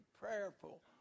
prayerful